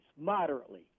moderately